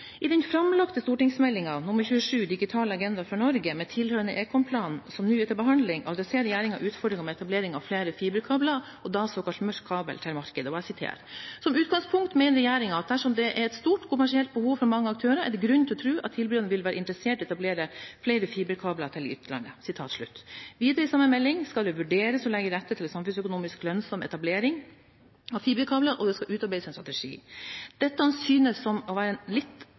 I den framlagte stortingsmeldingen, Meld. St. 27, Digital agenda for Norge, med tilhørende ekomplan, som nå er til behandling, adresserer regjeringen utfordringen med etablering av flere fiberkabler, og da såkalt mørk kabel til markedet – og jeg siterer: «Som utgangspunkt mener regjeringen at dersom det er et stort kommersielt behov fra mange aktører, er det grunn til å tro at tilbyderne ville være interessert i å etablere flere fiberkabler til utlandet.» Videre i samme melding står det at en skal utrede hvordan det kan legges til rette for samfunnsøkonomisk lønnsom etablering av fiberkabler, og at det skal utarbeides en strategi. Dette synes å være en litt